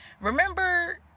Remember